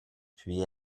puis